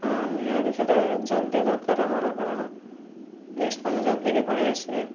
ହଁ ନିହାତି ସେଇଟା ଜଲ୍ଦି ଦରକାର ଆମର କାରଣ ଗେଷ୍ଟମାନେ ଜଲ୍ଦି ବି ପଳାଇଆସିବେ